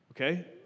Okay